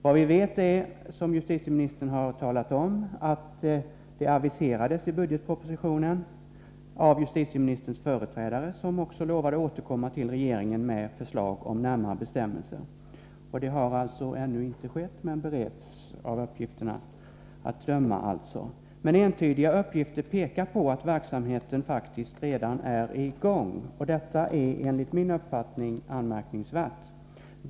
Vad vi vet är att, som justitieministern har sagt, verksamheten aviserades i budgetpropositionen av justitieministerns företrädare, som lovade återkomma till regeringen med förslag om närmare bestämmelser. Det har ännu inte skett, men ärendet bereds inom justitiedepartementet, enligt uppgift från justitieministern. Entydiga uppgifter pekar på att verksamheten faktiskt redan är i gång. Detta är enligt min uppfattning anmärkningsvärt.